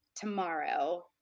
tomorrow